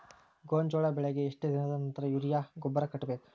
ಗೋಂಜಾಳ ಬೆಳೆಗೆ ಎಷ್ಟ್ ದಿನದ ನಂತರ ಯೂರಿಯಾ ಗೊಬ್ಬರ ಕಟ್ಟಬೇಕ?